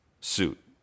suit